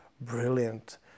brilliant